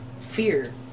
fear